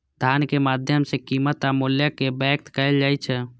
धनक माध्यम सं कीमत आ मूल्य कें व्यक्त कैल जाइ छै